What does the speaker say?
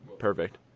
Perfect